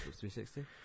360